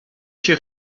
się